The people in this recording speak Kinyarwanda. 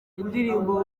indirimbo